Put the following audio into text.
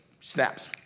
snaps